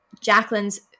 jacqueline's